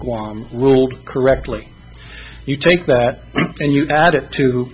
guam ruled correctly you take that and you add it to